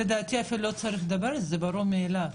לדעתי לא צריך בכלל לדבר על זה, זה ברור מאליו.